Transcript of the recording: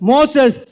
Moses